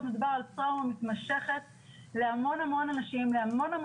אנחנו מדברים כרגע על המערך לבריאות הנפש גם בקהילה,